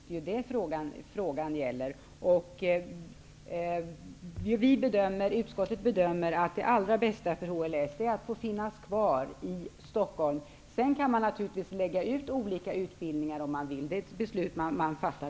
Utskottet gör den bedömningen att det allra bästa för HLS är att finnas kvar i Stockholm. Sedan kan man naturligvis lägga ut olika utbildningar om man vill, men det är ett beslut man själv fattar.